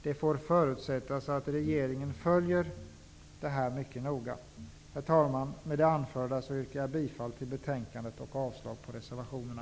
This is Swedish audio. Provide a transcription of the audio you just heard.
Det får förutsättas att regeringen följer frågan mycket noga. Herr talman! Med det anförda yrkar jag bifall till hemställan i betänkandet och avslag på reservationerna.